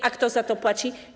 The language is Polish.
A kto za to płaci?